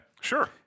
Sure